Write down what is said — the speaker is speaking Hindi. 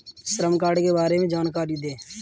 श्रम कार्ड के बारे में जानकारी दें?